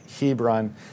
Hebron